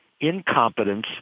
incompetence